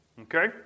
Okay